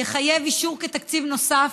יחייב אישור כתקציב נוסף,